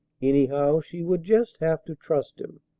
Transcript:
anyhow, she would just have to trust him,